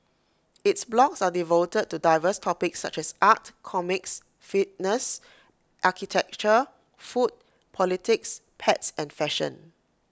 its blogs are devoted to diverse topics such as art comics fitness architecture food politics pets and fashion